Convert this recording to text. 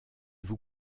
vous